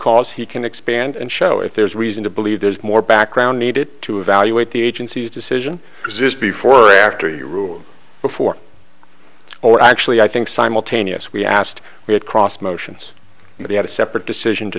cause he can expand and show if there's reason to believe there's more background needed to evaluate the agency's decision exist before or after you rule before or actually i think simultaneous we asked we had crossed motions and they had a separate decision